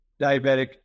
diabetic